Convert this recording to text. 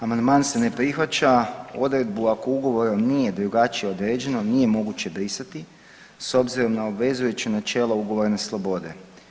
Amandman se ne prihvaća, odredbom ako ugovorom nije drugačije određeno nije moguće brisati s obzirom na obvezujuće načelo ugovorene slobode.